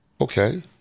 Okay